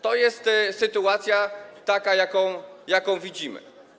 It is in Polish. To jest sytuacja taka, jaką widzimy.